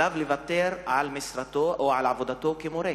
עליו לוותר על משרתו או על עבודתו כמורה.